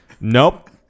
nope